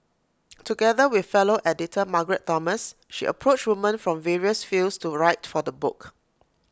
together with fellow editor Margaret Thomas she approached woman from various fields to write for the book